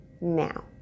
now